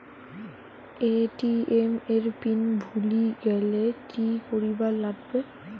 ATM এর pin ভুলি গেলে কি করিবার লাগবে?